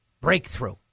Breakthrough